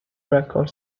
record